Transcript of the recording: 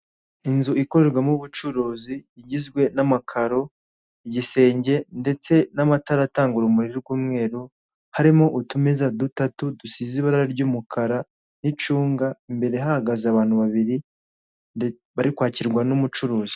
Inzu ikorerwamo ubucuruzi igizwe n'amakaro, igisenge ndetse n'amatara atanga urumuri rw'umeru, harimo utumeza dutatu dusize ibara ry'umukara n'icunga imbere hahagaze abantu babiri bari kwakirwa n'umucuruzi.